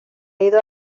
ido